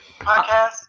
podcast